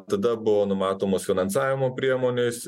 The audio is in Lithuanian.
tada buvo numatomos finansavimo priemonės